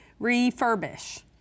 refurbish